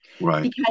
right